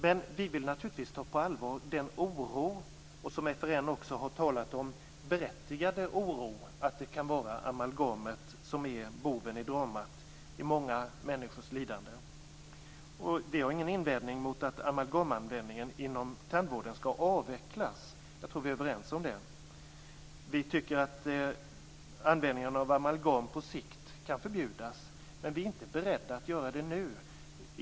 Men vi vill naturligtvis ta på allvar den oro - den berättigade oro, som FRN också har talat om - att det kan vara amalgamet som är boven i dramat i många människors lidande. Vi har ingen invändning mot att användningen av amalgam inom tandvården skall avvecklas. Jag tror att vi är överens om det. Vi tycker att användningen av amalgam på sikt kan förbjudas. Men vi är inte beredda att göra det nu.